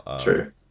true